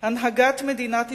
חובת הנהגת מדינת ישראל,